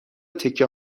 تکه